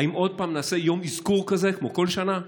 האם עוד פעם נעשה יום אזכור כזה, כמו כל שנה,